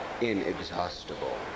inexhaustible